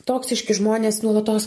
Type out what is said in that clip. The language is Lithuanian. toksiški žmonės nuolatos